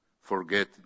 forget